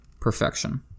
perfection